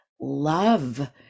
love